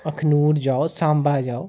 अखनूर जाओ साम्बा जाओ